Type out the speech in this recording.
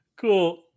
Cool